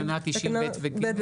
המנגנון שקבוע בתקנה 90(ב) ו-(ג).